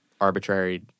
arbitrary